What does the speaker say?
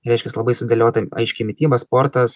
reiškias labai sudėliota aiškiai mityba sportas